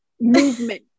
movement